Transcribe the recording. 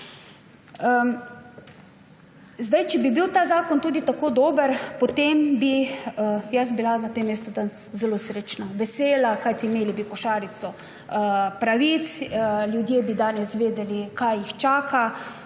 Če bi bil ta zakon tudi tako dober, potem bi jaz bila na tem danes zelo srečna, vesela. Imeli bi košarico pravic, ljudje bi danes vedeli, kaj jih čaka,